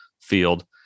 field